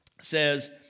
says